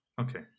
Okay